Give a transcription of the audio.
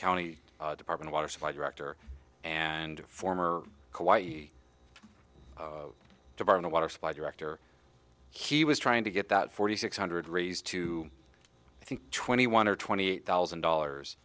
county department water supply director and former department water supply director he was trying to get that forty six hundred raise to think twenty one or twenty eight thousand dollars